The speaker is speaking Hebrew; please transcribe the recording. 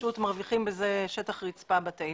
פשוט מרוויחים בכך שטח רצפה בתאים.